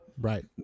Right